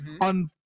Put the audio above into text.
on